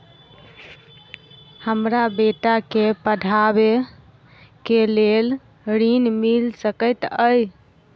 हमरा बेटा केँ पढ़ाबै केँ लेल केँ ऋण मिल सकैत अई?